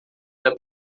era